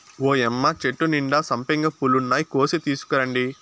ఓయ్యమ్మ చెట్టు నిండా సంపెంగ పూలున్నాయి, కోసి తీసుకురండి